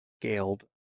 scaled